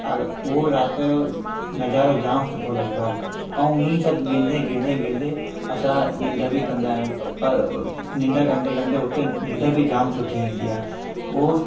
उहो राति जो नज़ारो जाम सुठो लॻंदो आहे ऐं ईअं सभु ॻणंदे ॻणंदे ॻणंदे असां निंड बि कंदा आहियूं पर निंडु कंदे कंदे हुते निंड बि जाम सुठी ईंदी आहे उहो